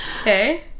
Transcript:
okay